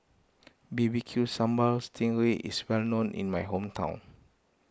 B B Q Sambal Sting Ray is well known in my hometown